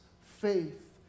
faith